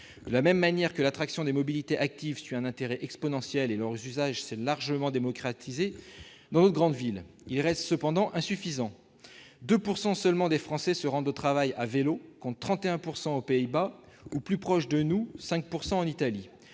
De la même manière que l'attractivité des mobilités actives suscite un intérêt exponentiel, leur usage s'est largement démocratisé dans nos grandes villes. Il reste cependant insuffisant : 2 % seulement des Français se rendent au travail à vélo contre 31 % aux Pays-Bas ou, plus proche de nous, 5 % en Italie.